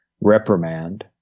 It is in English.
reprimand